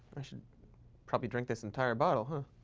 i should probably drink this entire bottle, huh?